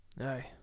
Aye